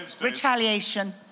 retaliation